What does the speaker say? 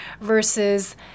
versus